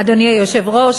אדוני היושב-ראש,